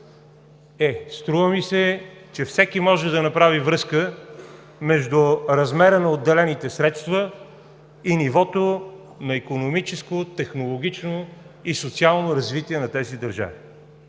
Е, струва ми се, че всеки може да направи връзка между размера на отделените средства и нивото на икономическо, технологично и социално развитие на тези държави.